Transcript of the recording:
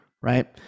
right